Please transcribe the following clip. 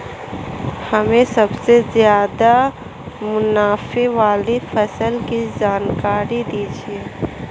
हमें सबसे ज़्यादा मुनाफे वाली फसल की जानकारी दीजिए